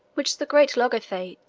which the great logothete,